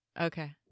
Okay